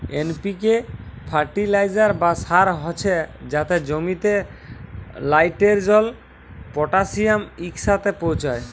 NPK fertilizer বা সার হছে যাতে জমিতে লাইটেরজেল, পটাশিয়াম ইকসাথে পৌঁছায়